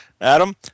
Adam